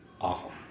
awful